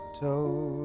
told